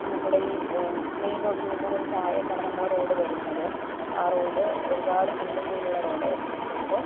നമ്മുടെ ഈ മെയിൻ റോഡിൽ നിന്നും ഒരു താഴേക്കാണ് നമ്മളെ റോഡ് വരുന്നത് ആ റോഡ് ഒരുപാട് കുണ്ടും കുഴിയുമുള്ള റോഡ് ആയിരുന്നു അപ്പോൾ